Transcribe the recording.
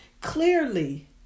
clearly